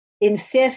insist